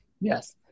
Yes